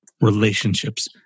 relationships